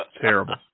Terrible